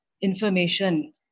information